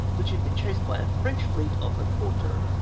which had been chased by a french fleet off oporto.